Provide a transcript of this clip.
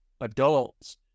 adults